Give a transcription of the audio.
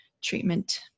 treatment